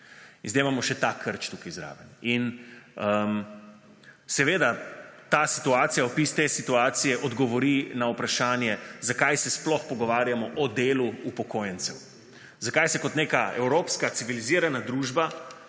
zdaj imamo še ta krč tu zraven. Seveda, ta situacija, opis te situacije odgovori na vprašanje, zakaj se sploh pogovarjamo o delu upokojencev. Zakaj kot neka evropska, civilizirana družba